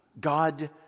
God